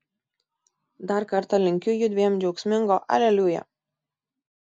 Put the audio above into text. dar kartą linkiu judviem džiaugsmingo aleliuja